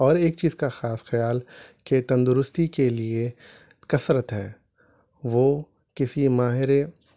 اور ایک چیز کا خاص خيال کہ تندرستی کے لیے کسرت ہے وہ کسی ماہر